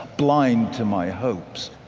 blind to my hopes.